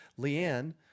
Leanne